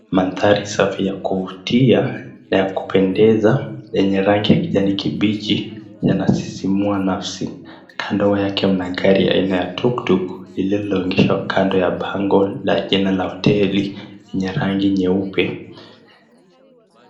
Maandhari safi ya kuvutia na kupendeza yenye rangi ya kijani kibichi yanasisimua nafsi. Kando yake mna gari aina ya tuktuk lililoegeshwa kando la bango la jina la hoteli yenye rangi nyeupe.